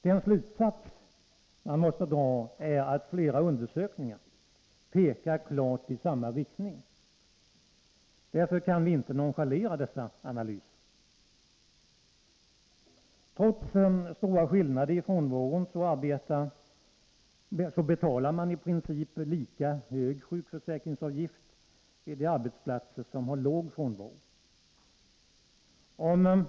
Den slutsats man måste dra är att flera undersökningar klart pekar i samma riktning. Därför kan vi inte nonchalera dessa analyser. Trots stora skillnader när det gäller frånvaron betalar man i princip lika höga sjukförsäkringsavgifter vid de arbetsplatser som har låg frånvaro som vid de som har hög frånvaro.